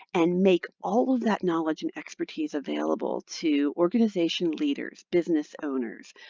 and make all of that knowledge and expertise available to organization leaders, business owners,